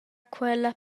quella